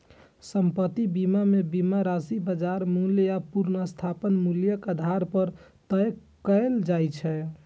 संपत्ति बीमा मे बीमा राशि बाजार मूल्य आ पुनर्स्थापन मूल्यक आधार पर तय कैल जाइ छै